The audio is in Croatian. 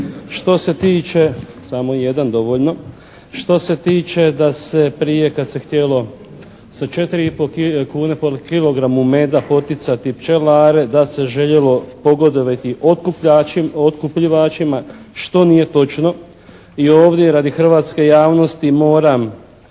se ne čuje./ … Samo jedan, dovoljno. Što se tiče da se prije kad se htjelo sa 4 i po kune po kilogramu meda poticati pčelare da se željelo pogodovati otkupljivačima što nije točno. I ovdje radi hrvatske javnosti moram